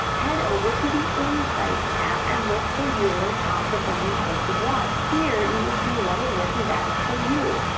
head over to the insights tab, and look for your top performing posts, as well. here you will see what is working best for you.